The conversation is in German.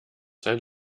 sein